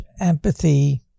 empathy